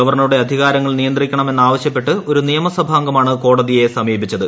ഗവർണറുടെ അധികാരങ്ങൾ നിയന്ത്രിക്കണമെന്നാവശ്യപ്പെട്ട് ഒരു നിയമസഭാംഗമാണ് കോടതിയെ സമീപിച്ചത്